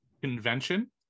convention